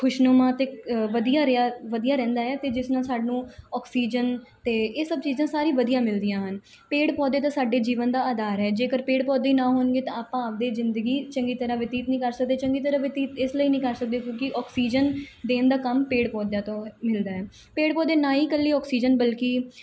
ਖੁਸ਼ਨੁਮਾ ਅਤੇ ਵਧੀਆ ਰਿਹਾ ਵਧੀਆ ਰਹਿੰਦਾ ਆ ਅਤੇ ਜਿਸ ਨਾਲ ਸਾਨੂੰ ਆਕਸੀਜਨ ਅਤੇ ਇਹ ਸਭ ਚੀਜ਼ਾਂ ਸਾਰੀ ਵਧੀਆ ਮਿਲਦੀਆਂ ਹਨ ਪੇੜ ਪੌਦੇ ਤਾਂ ਸਾਡੇ ਜੀਵਨ ਦਾ ਆਧਾਰ ਹੈ ਜੇਕਰ ਪੇੜ ਪੌਦੇ ਨਾ ਹੋਣਗੇ ਤਾਂ ਆਪਾਂ ਆਪਦੀ ਜ਼ਿੰਦਗੀ ਚੰਗੀ ਤਰ੍ਹਾਂ ਬਤੀਤ ਨਹੀਂ ਕਰ ਸਕਦੇ ਚੰਗੀ ਤਰ੍ਹਾਂ ਬਤੀਤ ਇਸ ਲਈ ਨਹੀਂ ਕਰ ਸਕਦੇ ਕਿਉਂਕਿ ਆਕਸੀਜਨ ਦੇਣ ਦਾ ਕੰਮ ਪੇੜ ਪੌਦਿਆਂ ਤੋਂ ਹੈ ਮਿਲਦਾ ਹੈ ਪੇੜ ਪੌਦੇ ਨਾ ਹੀ ਇਕੱਲੀ ਆਕਸੀਜਨ ਬਲਕਿ